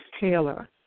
Taylor